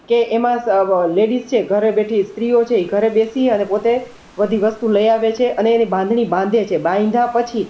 કે એમાં સ લેડિસ છે એ ઘરે બેઠી સ્ત્રીઓ છે એ ઘરે બેસી અને પોતે બધી વસ્તુ લઈ આવે છે અને એને બાંધણી બાંધે છે બાંધ્યા પછી